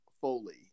Foley